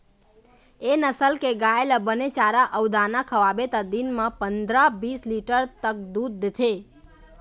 ए नसल के गाय ल बने चारा अउ दाना खवाबे त दिन म पंदरा, बीस लीटर तक दूद देथे